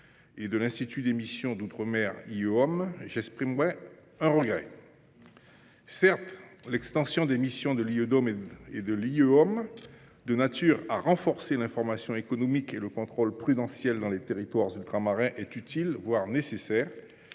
et de l’Institut d’émission d’outre mer, j’exprimerai un regret. Certes, l’extension des missions de l’Iedom et de l’Ieom, de nature à renforcer l’information économique et le contrôle prudentiel dans les territoires ultramarins, est utile, voire nécessaire.